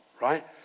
right